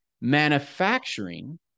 manufacturing